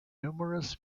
numerous